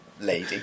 lady